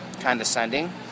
condescending